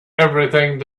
everything